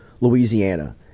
Louisiana